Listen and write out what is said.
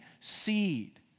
seed